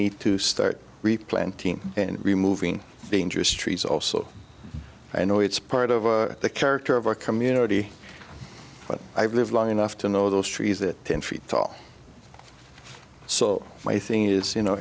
need to start replanting and removing the interest trees also i know it's part of the character of our community but i've lived long enough to know those trees that ten feet tall so my thing is you know